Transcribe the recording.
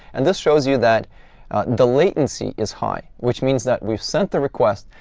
and this shows you that the latency is high, which means that we've sent the request,